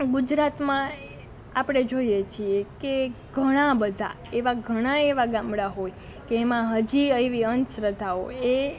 ગુજરાતમાં આપણે જોઈએ છીએ કે ઘણાં બધા એવાં ઘણાંય એવાં ગામડા હોય કે એમાં હજી એવી અંધશ્રદ્ધાઓ એ